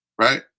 right